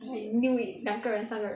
I knew it 两个人三个人